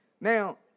now